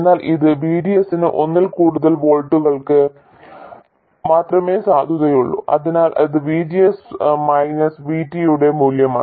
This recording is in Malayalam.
എന്നാൽ ഇത് VDS ന് ഒന്നിൽ കൂടുതൽ വോൾട്ടുകൾക്ക് മാത്രമേ സാധുതയുള്ളൂ അതിനാൽ ഇത് VGS മൈനസ് VT യുടെ മൂല്യമാണ്